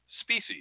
species